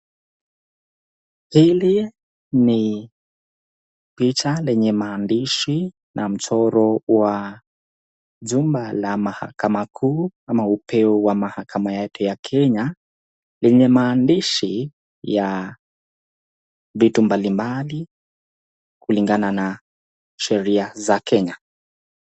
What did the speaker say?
Hili ni picha lenye maandishi na mchoro wa chumba la mahakama kuu ama upeo wa mahakama ya kenya enye maandishi ya vitu mbali mbali kulingana na sheria za kenya